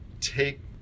take